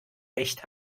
echt